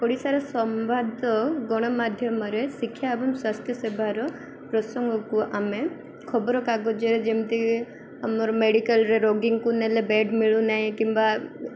ଓଡ଼ିଶାର ସମ୍ବାଦ ଗଣମାଧ୍ୟମରେ ଶିକ୍ଷା ଏବଂ ସ୍ୱାସ୍ଥ୍ୟ ସେବାର ପ୍ରସଙ୍ଗକୁ ଆମେ ଖବରକାଗଜରେ ଯେମିତି ଆମର ମେଡ଼ିକାଲ୍ରେ ରୋଗୀକୁ ନେଲେ ବେଡ଼୍ ମିଳୁନାହିଁ କିମ୍ବା